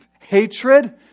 Hatred